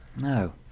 No